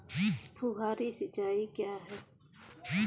फुहारी सिंचाई क्या है?